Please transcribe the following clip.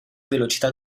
velocità